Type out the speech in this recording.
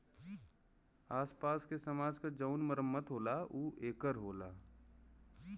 आस पास समाज के जउन मरम्मत होला ऊ ए कर होला